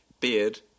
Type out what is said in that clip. Beard